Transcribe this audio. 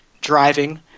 driving